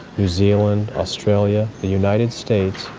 new zealand, australia, the united states,